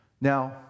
Now